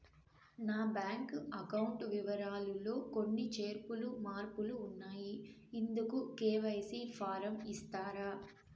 నా bank account వివరాలు లో కొన్ని చేర్పులు మార్పులు ఉన్నాయి, ఇందుకు కె.వై.సి ఫారం ఇస్తారా?